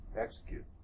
execute